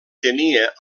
tenia